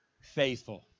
faithful